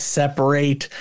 separate